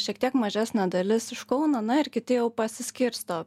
šiek tiek mažesnė dalis iš kauno na ir kiti jau pasiskirsto